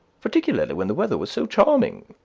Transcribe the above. particularly when the weather was so charming.